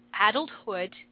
adulthood